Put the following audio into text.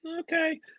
okay